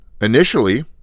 initially